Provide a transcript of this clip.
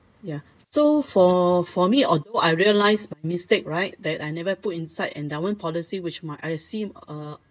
ya so for for me or what I realised my mistake right that I never put inside endowment policy which my I've seen uh